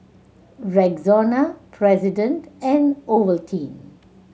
Rexona President and Ovaltine